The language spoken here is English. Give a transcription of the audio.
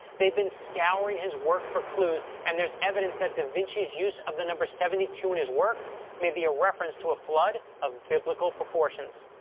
they've been scouring his work for clues, and there's evidence that da vinci's use of the number seventy two in his work may be a reference to a flood of biblical proportions.